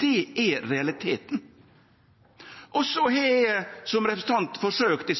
Det er realiteten. Så har eg som representant forsøkt